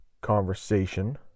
conversation